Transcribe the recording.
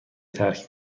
ترک